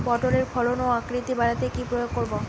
পটলের ফলন ও আকৃতি বাড়াতে কি প্রয়োগ করব?